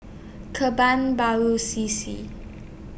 Kebun Baru C C